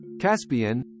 Caspian